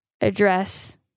address